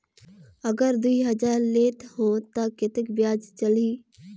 अगर दुई हजार लेत हो ता कतेक ब्याज चलही?